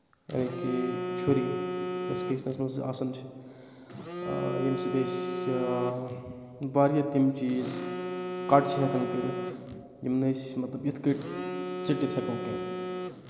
یہِ کہِ چھُری یُس کِچنَس منٛز آسان چھِ ییٚمہِ سۭتۍ أسۍ واریاہ تِم چیٖز کَٹ چھِ ہؠکان کٔرِتھ یِم نہٕ أسۍ مطلب یِتھ کٲٹھۍ ژٕٹِتھ ہؠکو کینٛہہ